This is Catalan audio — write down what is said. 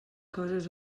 coses